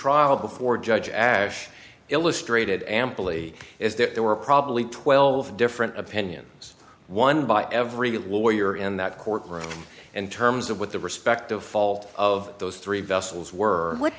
trial before judge ash illustrated amply is that there were probably twelve different opinions one by every lawyer in that courtroom in terms of what the respective fault of those three vessels were what